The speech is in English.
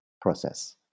process